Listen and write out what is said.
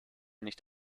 nicht